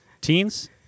Teens